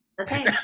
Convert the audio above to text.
Okay